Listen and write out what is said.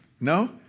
No